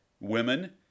women